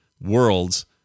worlds